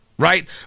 right